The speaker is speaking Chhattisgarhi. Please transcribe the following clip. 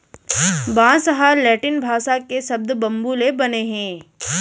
बांस ह लैटिन भासा के सब्द बंबू ले बने हे